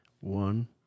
One